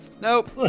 Nope